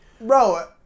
Bro